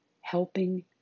helping